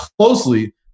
closely